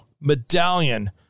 Medallion